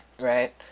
right